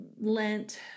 Lent